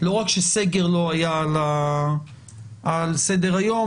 לא רק שסגר לא היה על סדר היום,